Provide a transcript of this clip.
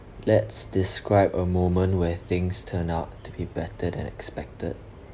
let's describe a moment where things turn out to be better than expected